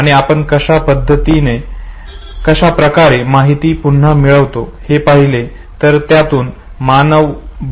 आणि आपण कशा प्रकारे माहिती पुन्हा मिळवितो हे पहिले तर त्यातुन मानव बद्दल रंजक माहिती समोर येईल